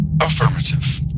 Affirmative